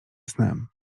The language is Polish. snem